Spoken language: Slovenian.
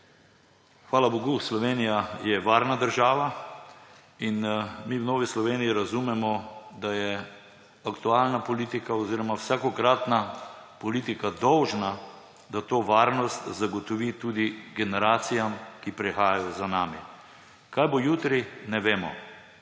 Hvala bogu, Slovenija je varna država in mi v Novi Sloveniji razumemo, da je aktualna politika oziroma vsakokratna politika dolžna, da to varnost zagotovi tudi generacijam, ki prihajajo za nami. Kaj bo jutri, ne vemo.